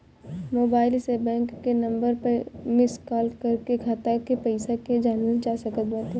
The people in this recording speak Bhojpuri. मोबाईल से बैंक के नंबर पअ मिस काल कर के खाता के पईसा के जानल जा सकत बाटे